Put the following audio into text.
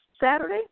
Saturday